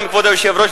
כבוד היושב-ראש,